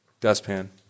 Dustpan